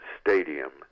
Stadium